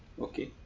Okay